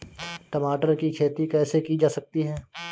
टमाटर की खेती कैसे की जा सकती है?